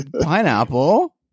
pineapple